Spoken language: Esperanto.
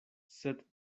sed